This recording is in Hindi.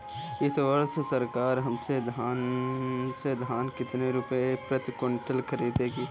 इस वर्ष सरकार हमसे धान कितने रुपए प्रति क्विंटल खरीदेगी?